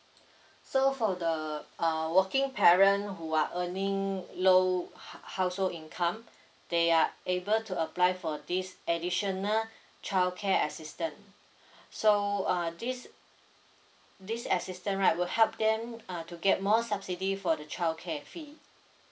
so for the uh working parent who are earning low house~ household income they are able to apply for this additional childcare assistant so uh this this assistant right will help them uh to get more subsidy for the childcare fee